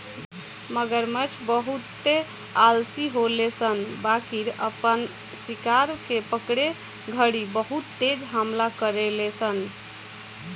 मगरमच्छ बहुते आलसी होले सन बाकिर आपन शिकार के पकड़े घड़ी बहुत तेज हमला करेले सन